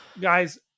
Guys